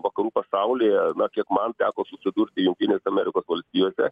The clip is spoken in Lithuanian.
vakarų pasaulyje kiek man teko susidurt jungtinės amerikos valstijose